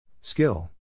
Skill